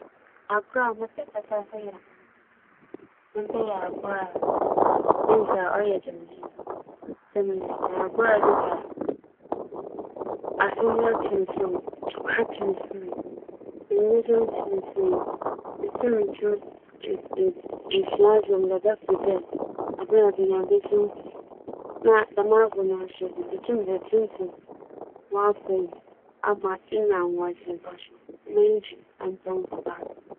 Agor a m'enyi gye ho papaapa nye "ludo" na siantsir a mepɛ nye dɛ, "ludo" a wͻbͻ yi, yɛwͻ dza ͻwͻ tum ka wo ma esan woekyir nna yɛwͻ dza obi so botum etwa wo. Na mbrɛ wosi wotwitwa na akansi a ͻwͻ dɛm agor no mu ntsi, ͻma m'enyi gye "ludo" agor ho papaapa. Iyi nye siantsir ntsi a m'enyi gye "ludo" bͻ ho.